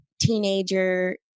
teenager